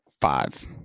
five